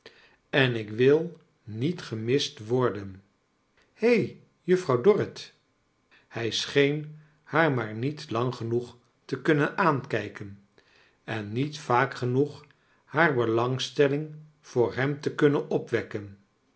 en ik wil niet gemist wo r den he juffrouw dorrit hij sclieen haar maar niet lang genoeg te kunnen aankijken en niet vaak genceg haar belangstelling voor hem te kunnen opwekken